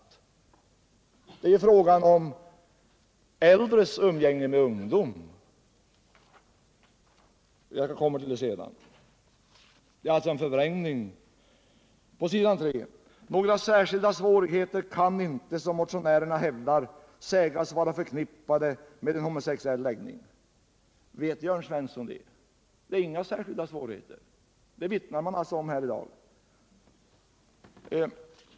Vad det är fråga om är äldres umgänge med ungdomar. Det är alltså en förvrängning, men jag återkommer till det senare. På s. 3: ”Några särskilda svårigheter kan inte, som motionärerna hävdar, sägas vara förknippade med en homosexuell läggning.” Vet Jörn Svensson att det förhåller sig så? Det finns inte några särskilda svårigheter; det vittnar man om här i dag.